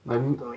my ru~